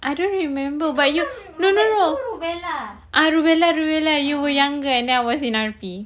I don't remember but you no no no ah rubella rubella you were younger and then I was in R_P